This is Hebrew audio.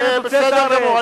בסדר גמור.